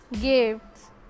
gifts